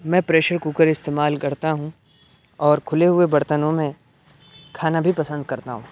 میں pressure cooker استعمال کرتا ہوں اور کھلے ہوئے برتنوں میں کھانا بھی پسند کرتا ہوں